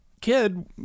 kid